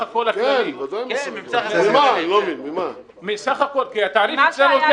28% מהסך הכול הכללי, כי התעריף אצלנו יותר